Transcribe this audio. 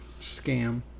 scam